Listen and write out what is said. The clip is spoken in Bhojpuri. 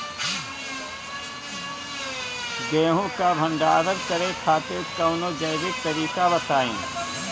गेहूँ क भंडारण करे खातिर कवनो जैविक तरीका बताईं?